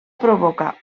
provoca